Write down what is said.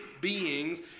beings